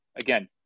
again